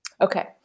Okay